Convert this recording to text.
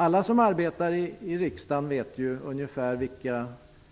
Alla som arbetar i riksdagen vet väl att de